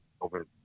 over